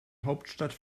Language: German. hauptstadt